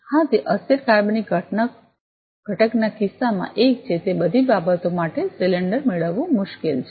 હા તે અસ્થિર કાર્બનિક ઘટકના કિસ્સામાં એક છે તે બધી બાબતો માટે સિલિન્ડર મેળવવું મુશ્કેલ છે